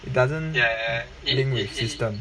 it doesn't really need a system